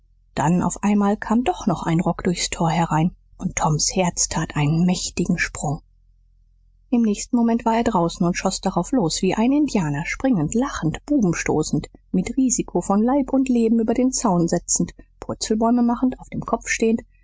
dann auf einmal kam doch noch ein rock durchs tor herein und toms herz tat einen mächtigen sprung im nächsten moment war er draußen und schoß drauf los wie ein indianer springend lachend buben stoßend mit risiko von leib und leben über den zaun setzend purzelbäume machend auf dem kopf stehend